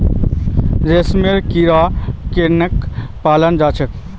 रेशमेर कीड़ाक केनना पलाल जा छेक